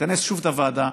תכנס שוב את הוועדה.